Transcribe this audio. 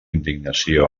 indignació